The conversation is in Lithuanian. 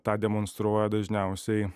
tą demonstruoja dažniausiai